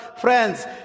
friends